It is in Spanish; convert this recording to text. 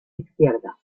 izquierda